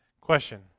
Question